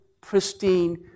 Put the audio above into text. pristine